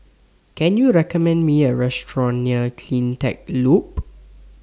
Can YOU recommend Me A Restaurant near CleanTech Loop